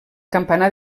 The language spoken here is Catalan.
campanar